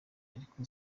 ariko